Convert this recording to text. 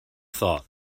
thought